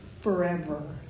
forever